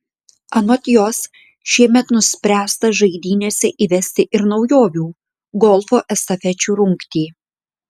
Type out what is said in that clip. anot jos šiemet nuspręsta žaidynėse įvesti ir naujovių golfo estafečių rungtį